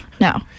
No